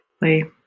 play